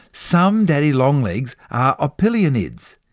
some daddy long legs are opilionids.